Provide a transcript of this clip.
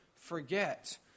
forget